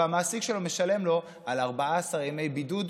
והמעסיק שלו משלם לו על 14 ימי בידוד,